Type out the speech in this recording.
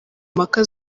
mpaka